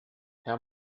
herr